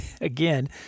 again